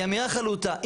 היא אמירה חלוטה.